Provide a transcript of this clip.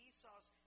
Esau's